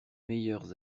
meilleurs